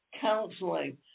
counseling